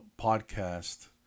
podcast